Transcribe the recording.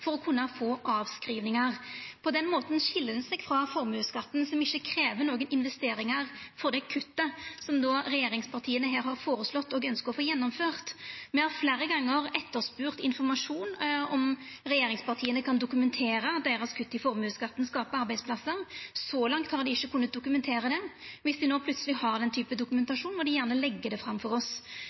for å kunna få avskrivingar. På den måten skil den seg frå formuesskatten, som ikkje krev nokon investeringar for dei kutta som regjeringspartia her har føreslått og ønskjer å få gjennomført. Me har fleire gonger etterspurt informasjon, om regjeringspartia kan dokumentera at deira kutt i formuesskatten skapar arbeidsplassar. Så langt har dei ikkje kunna dokumentera det. Dersom dei no plutseleg har den typen dokumentasjon, må dei gjerne leggja det fram for oss.